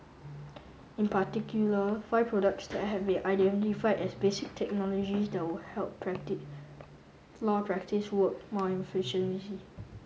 in particular five products that have been identified as basic technologies that would help law practice work more efficiently